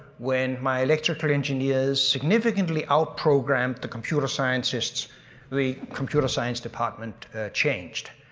when my electrical engineers significantly outprogrammed the computer scientists the computer science department changed.